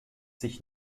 sich